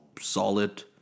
solid